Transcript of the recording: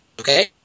okay